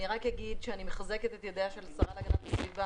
אני רק אגיד שאני מחזקת את ידיה של השרה להגנת הסביבה